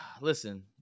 Listen